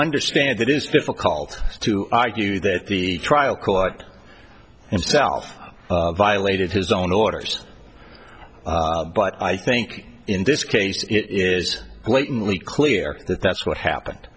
understand it is difficult to argue that the trial court himself violated his own orders but i think in this case it is latently clear that that's what happened